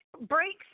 breaks